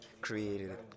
created